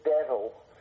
devil